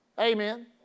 Amen